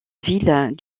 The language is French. ville